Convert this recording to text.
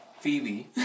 Phoebe